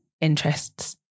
interests